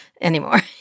anymore